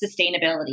sustainability